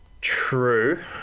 true